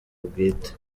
bwite